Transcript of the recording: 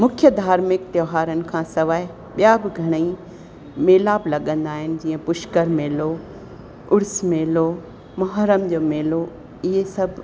मुख्य धार्मिक त्योहारनि खां सवाइ ॿियां बि घणेई मेलाप लॻंदा आहिनि जीअं पुष्कर मेलो उर्स मेलो मोहरम जो मेलो इहे सभु